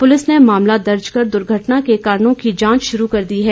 police ने मामला दर्ज कर दुर्घटना के कारणों की जांच शुरू कर दी है